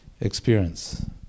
experience